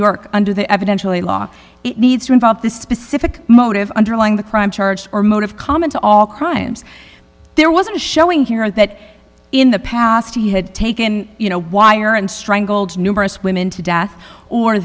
york under the evidentially law it needs to involve the specific motive underlying the crime charged or motive common to all crimes there was a showing here that in the past he had taken you know wire and strangled numerous women to death or